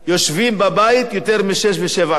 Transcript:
יושבים בבית יותר משש ושבע שנים,